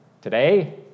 today